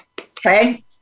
Okay